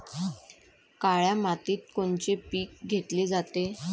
काळ्या मातीत कोनचे पिकं घेतले जाते?